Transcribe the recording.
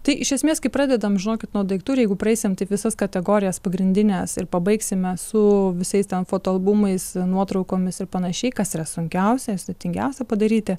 tai iš esmės kai pradedam žinokit nuo daiktų ir jeigu praeisim taip visas kategorijas pagrindines ir pabaigsime su visais ten fotoalbumais nuotraukomis ir panašiai kas yra sunkiausia sudėtingiausia padaryti